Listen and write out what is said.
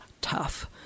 tough